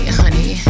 honey